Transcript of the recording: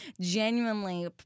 genuinely